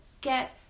get